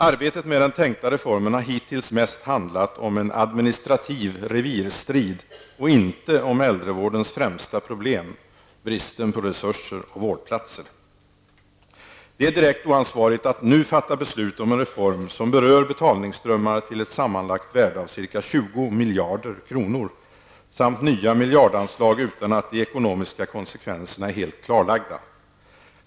Arbetet med den tänkta reformen har hittills mest handlat om en administrativ revirstrid och inte om äldrevårdens främsta problem, bristen på resurser och vårdplatser. Det är direkt oansvarigt att nu fatta beslut om en reform som berör betalningsströmmar till ett sammanlagt värde av ca. 20 miljarder kronor samt nya miljardanslag, utan att de ekonomiska konsekvenserna är helt klarlagda.